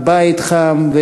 ובית חם,